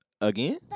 Again